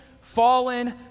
fallen